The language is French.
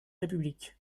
république